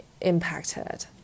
impacted